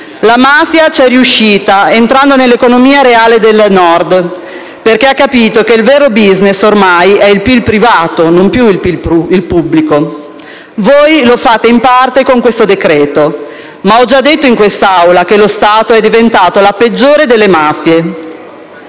La mafia c'è riuscita, entrando nell'economia reale del Nord, perché ha capito che il vero *business* ormai è il PIL privato e non più quello pubblico. Voi lo fate in parte con questo decreto-legge, ma ho già detto in questa Aula che lo Stato è diventato la peggiore delle mafie.